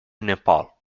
nepal